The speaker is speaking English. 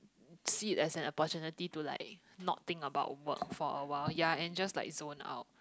see it as an opportunity to like not think about work for a while ya and just like zone out